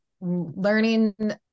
learning